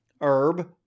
herb